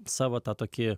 savo tą tokį